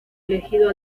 elegido